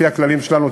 לפי הכללים שלנו,